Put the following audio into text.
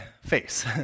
face